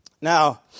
Now